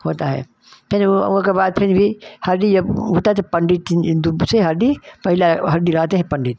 होता है फेन उ ओ के बाद फिन भी हरदी जब होता है त पंडित दुभ से हरडी पहिला हड्डी रहते हैं पंडित